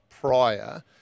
prior